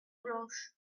blanche